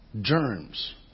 germs